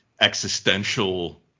existential